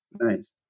nice